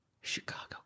Chicago